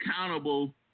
accountable